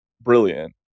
brilliant